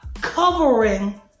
covering